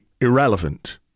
irrelevant